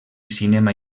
cinema